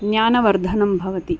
ज्ञानवर्धनं भवति